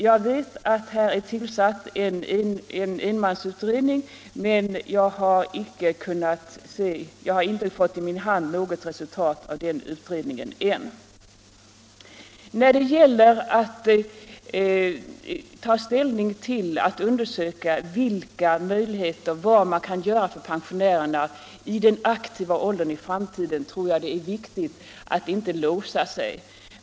Jag vet att en enmansutredning är tillsatt, men jag har inte fått i min hand något resultat av den ännu. När det gäller att undersöka vad man kan göra för pensionärerna i den aktiva åldern i framtiden tror jag det är viktigt att inte låsa sig.